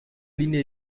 línea